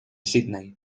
sídney